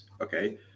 okay